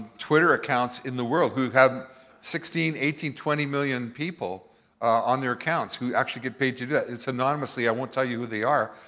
twitter accounts in the world who have sixteen, eighteen, twenty million people on their accounts who actually get paid to do it. it's anonymously, i won't tell you who they are,